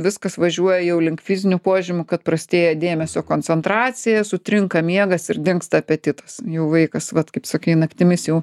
viskas važiuoja jau link fizinių požymių kad prastėja dėmesio koncentracija sutrinka miegas ir dingsta apetitas jau vaikas vat kaip sakei naktimis jau